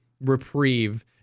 reprieve